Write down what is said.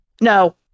No